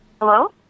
Hello